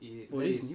oh this is new